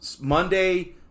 Monday